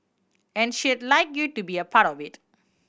and she'd like you to be a part of it